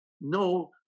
No